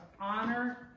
honor